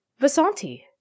Vasanti